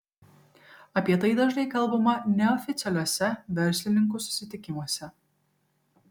apie tai dažnai kalbama neoficialiuose verslininkų susitikimuose